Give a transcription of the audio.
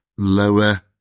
lower